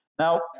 Now